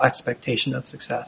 expectation of success